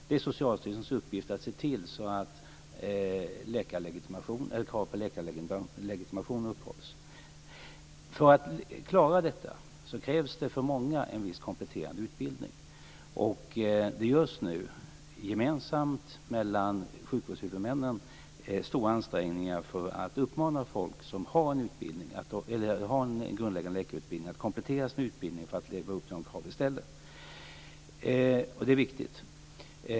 Det är Socialstyrelsens uppgift att se till att krav på läkarlegitimation upprätthålls. För att klara detta krävs det för många en viss kompletterande utbildning. Det görs nu gemensamt mellan sjukvårdshuvudmännen stora ansträngningar för att uppmana folk som har en grundläggande läkarutbildning att komplettera sin utbildning för att leva upp till de krav vi ställer. Det är viktigt.